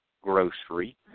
Grocery